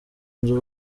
nzu